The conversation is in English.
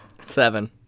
Seven